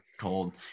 told